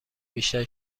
بیشتر